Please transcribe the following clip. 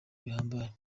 bihambaye